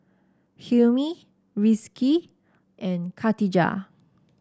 Hilmi Rizqi and Katijah